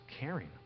caring